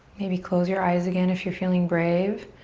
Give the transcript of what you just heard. maybe close your eyes again if you're feeling brave.